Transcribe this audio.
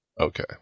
Okay